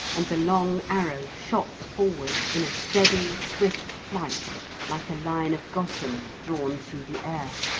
and the long arrow shot forward in a steady swift flight like a line of gossamer drawn through the air.